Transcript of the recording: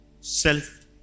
Self